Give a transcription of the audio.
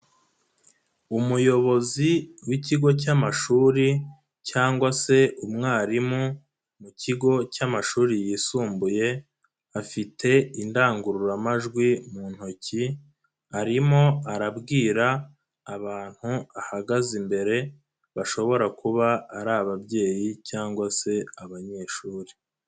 Umuyobozi w'ikigo cy'amashuri cyangwa se umwarimu mu kigo cy'amashuri yisumbuye afite indangururamajwi mu ntoki arimo arabwira abantu bahagaze imbere bashobora kuba ari ababyeyi cyangwa se abanyeshuri.